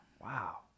Wow